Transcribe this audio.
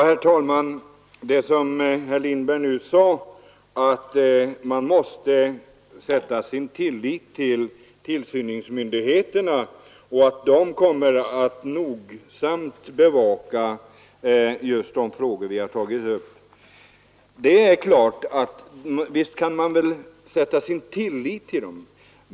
Herr talman! Herr Lindberg sade nyss att man måste sätta sin tillit till tillsynsmyndigheterna och att de kommer att nogsamt bevaka just de frågor vi har tagit upp. Det är klart att man kan sätta sin tillit till dem.